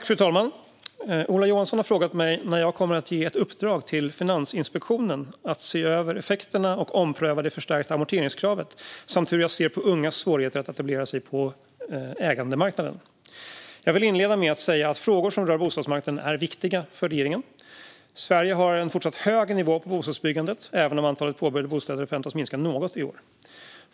Fru talman! Ola Johansson har frågat mig när jag kommer att ge ett uppdrag till Finansinspektionen att se över effekterna av och ompröva det förstärkta amorteringskravet samt hur jag ser på ungas svårigheter att etablera sig på ägandemarknaden. Jag vill inleda med att säga att frågor som rör bostadsmarknaden är viktiga för regeringen. Sverige har en fortsatt hög nivå på bostadsbyggandet, även om antalet påbörjade bostäder förväntas minska något i år.